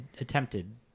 attempted